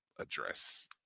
address